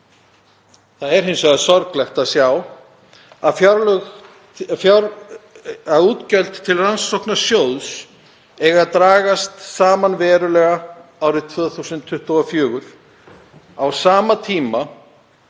Það er hins vegar sorglegt að sjá að útgjöld til Rannsóknasjóðs eiga að dragast verulega saman árið 2024, á sama tíma